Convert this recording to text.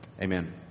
Amen